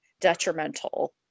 detrimental